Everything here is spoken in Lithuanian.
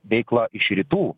veikla iš rytų